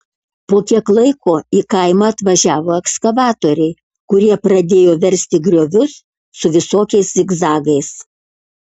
po kiek laiko į kaimą atvažiavo ekskavatoriai kurie pradėjo versti griovius su visokiais zigzagais